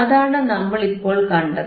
അതാണ് നമ്മൾ ഇപ്പോൾ കണ്ടത്